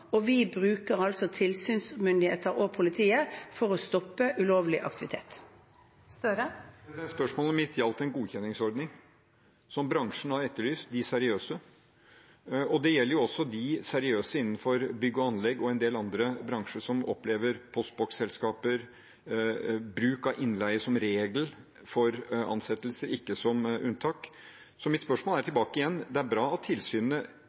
og vi bruker tilsynsmyndigheter og politiet for å stoppe ulovlig aktivitet. Jonas Gahr Støre – til oppfølgingsspørsmål. Spørsmålet mitt gjaldt en godkjenningsordning som bransjen har etterlyst – de seriøse. Det gjelder også de seriøse innenfor bygg og anlegg og en del andre bransjer som opplever postboksselskaper og bruk av innleie som regel for ansettelse, ikke som unntak. Mitt spørsmål er tilbake, igjen: Det er bra at